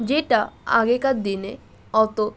যেটা আগেকার দিনে অতো